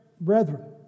brethren